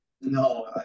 No